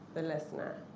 the listener,